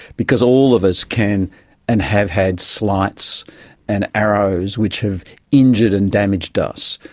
because all of us can and have had slights and arrows which have injured and damaged us.